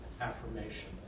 affirmation